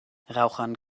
rauchern